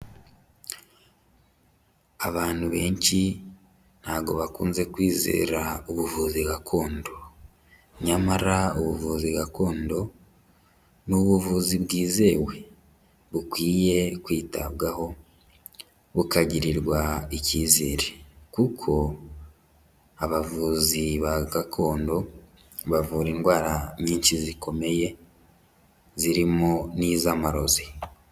Abantu benshi ntago bakunze kwizera ubuvuzi gakondo, nyamara ubuvuzi gakondo ni ubuvuzi bwizewe bukwiye kwitabwaho bukagirirwa icyizere, kuko abavuzi ba gakondo bavura indwara nyinshi zikomeye zirimo n'iz'amarozi.